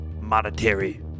monetary